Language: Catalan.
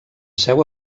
seu